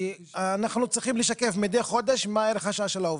אנחנו צריכים לשקף מידי חודש מה ערך השעה של העובד.